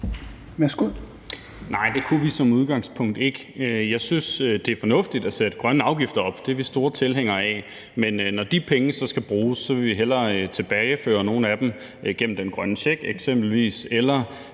Nej, det kunne vi som udgangspunkt ikke. Jeg synes, det er fornuftigt at sætte grønne afgifter op, det er vi store tilhængere af, men når de penge så skal bruges, vil vi hellere tilbageføre nogle af dem, eksempelvis